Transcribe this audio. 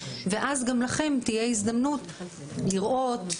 ואז גם לכם תהיה הזדמנות לראות,